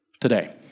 today